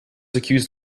accused